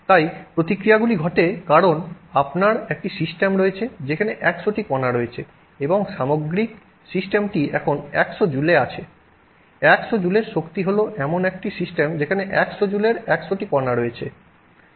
সুতরাং প্রতিক্রিয়াগুলি ঘটে কারণ আপনার একটি সিস্টেম রয়েছে যেখানে 100 টি কণা রয়েছে এবং সামগ্রিক ব্যবস্থাটি এখন 100 জুলে আছে 100 জুলের শক্তি হল এমন একটি সিস্টেম যেখানে 100 জুলের 100 টি কণা রয়েছে